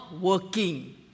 working